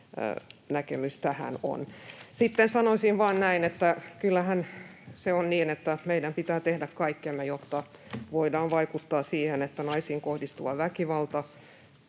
tästä on. Sitten sanoisin vain näin, että kyllähän se on niin, että meidän pitää tehdä kaikkemme, jotta voidaan vaikuttaa siihen, että naisiin kohdistuvaa väkivaltaa,